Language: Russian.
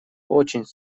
очень